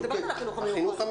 אני מדברת על החינוך המיוחד.